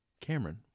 Cameron